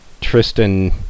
Tristan